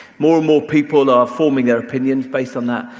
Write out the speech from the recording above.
more and more people are forming their opinions based on that,